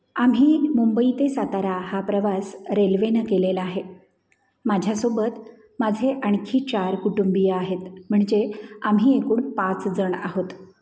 आम्ही मुंबई ते सातारा हा प्रवास रेल्वेने केलेला आहे माझ्यासोबत माझे आणखी चार कुटुंबीय आहेत म्हणजे आम्ही एकूण पाच जण आहोत